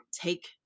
take